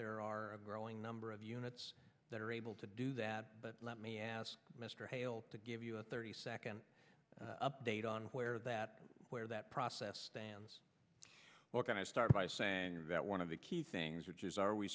there are a growing number of units that are able to do that but let me ask mr hale to give you a thirty second update on where that where that process stands we're going to start by saying that one of the key things which is are we